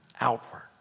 outward